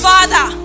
Father